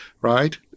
Right